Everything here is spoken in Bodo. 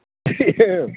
ए